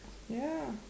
ya